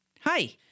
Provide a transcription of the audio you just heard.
Hi